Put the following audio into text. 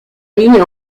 ligne